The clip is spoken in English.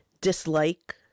dislike